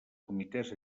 comitès